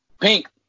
Pink